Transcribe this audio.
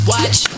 Watch